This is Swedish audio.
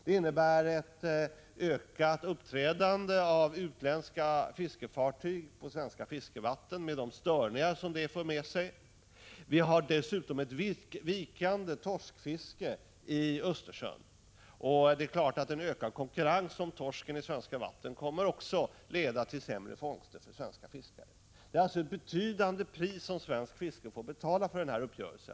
Det innebär ett ökat uppträdande av utländska fiskefartyg på svenska fiskevatten, med de störningar som det för med sig. Torskfisket är dessutom vikande i Östersjön, och en ökad konkurrens om torsken i svenska vatten kommer självfallet att leda till sämre fångster för svenska fiskare. Det är alltså ett betydande pris som svenskt fiske får betala för denna uppgörelse.